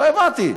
לא הבנתי,